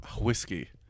whiskey